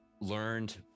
learned